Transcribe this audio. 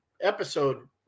episode